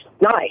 nice